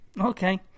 Okay